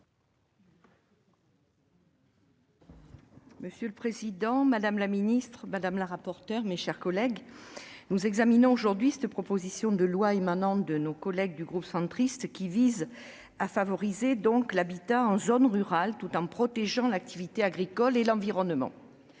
Monsieur le président, madame la secrétaire d'État, mes chers collègues, nous examinons aujourd'hui une proposition de loi de nos collègues du groupe Union Centriste, qui vise à favoriser l'habitat en zone rurale tout en protégeant l'activité agricole et l'environnement.